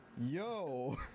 yo